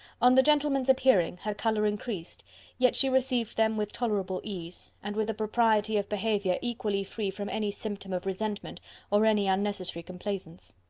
on the gentlemen's appearing, her colour increased yet she received them with tolerable ease, and with a propriety of behaviour equally free from any symptom of resentment or any unnecessary complaisance.